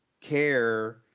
care